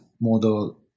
model